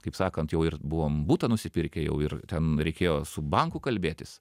kaip sakant jau ir buvom butą nusipirkę jau ir ten reikėjo su banku kalbėtis